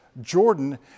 Jordan